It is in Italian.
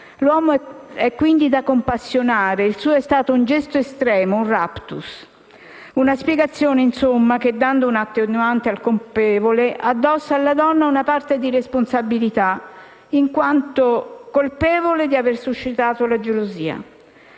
L'uomo è quindi da compassionare. Il suo è stato un gesto estremo, un *raptus*. Una spiegazione, insomma, che dando una attenuante al colpevole, addossa alla donna una parte di responsabilità, in quanto colpevole di avere suscitato la gelosia.